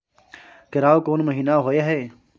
केराव कोन महीना होय हय?